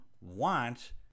want